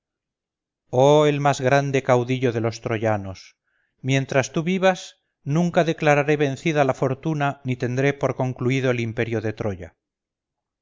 oh el más grande caudillo de los troyanos mientras tú vivas nunca declararé vencida la fortuna ni tendré por concluido el imperio de troya